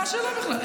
מה השאלה בכלל?